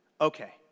okay